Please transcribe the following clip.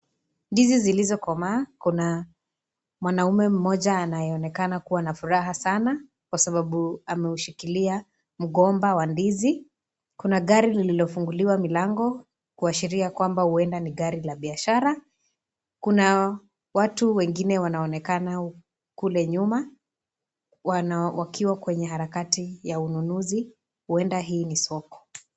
Ndizi zilizokomaa, kuna mwanaume mmoja anayeonekana kuwa na furaha sana kwa sababu ameushikilia mgomba wa ndizi, kuna gari lilofunguliwa milango kuashiria ya kwamba huenda ni gari la biashara, kuna watu wengine wanaonekana kule nyuma wana wakiwa kwenye harakati ya ununuzi, huenda hii ni soko.